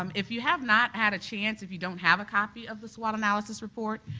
um if you have not had a chance, if you don't have a copy of the swot analysis report,